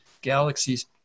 galaxies